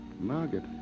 Margaret